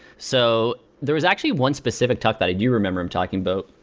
so there was actually one specific talk that i do remember him talking about,